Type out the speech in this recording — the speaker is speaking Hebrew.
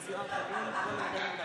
אגיע במסוק וככה אני אבלבל את האויב שלי.